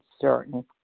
certain